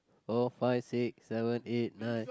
four five six seven eight nine